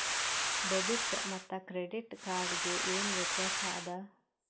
Debit ಮತ್ತ credit card ಗೆ ಏನ ವ್ಯತ್ಯಾಸ ಆದ?